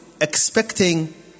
expecting